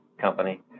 company